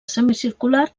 semicircular